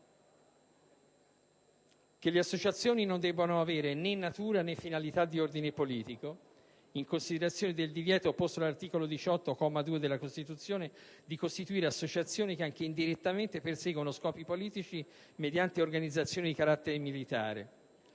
che le associazioni non debbano avere né natura né finalità di ordine politico, in considerazione del divieto, posto dall'articolo 18, comma 2 della Costituzione, di costituire associazioni che, anche indirettamente, perseguano scopi politici mediante organizzazioni di carattere militare